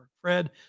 Fred